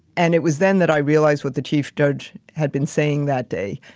and it was then that i realized what the chief judge had been saying that day,